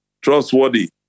trustworthy